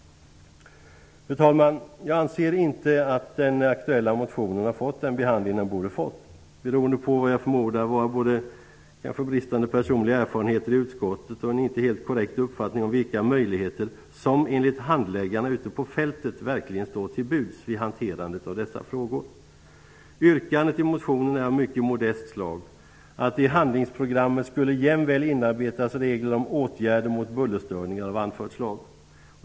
Fru talman! Jag anser inte att den aktuella motionen har fått den behandling den borde ha fått. Jag förmodar att det beror på både bristande personliga erfarenheter i utskottet och en inte helt korrekt uppfattning om vilka möjligheter som enligt handläggarna ute på fältet verkligen står till buds vid hanterandet av dessa frågor. Yrkandet i motionen är av mycket modest slag, nämligen att det i handlingsprogrammet jämväl skulle inarbetas regler om åtgärder mot bullerstörningar av anfört slag.